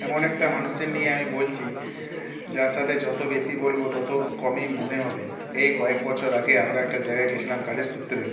এমন একটা মানুষের নিয়ে আমি বলছি যার সাথে যত বেশি বলবো তত কমই মনে হবে এ কয়েক বছর আগে আমরা একটা জায়গায় গেছিলাম কাজের সূত্রে